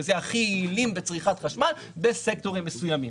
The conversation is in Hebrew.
שזה הכי יעילים בצריכת חשמל בסקטורים מסוימים.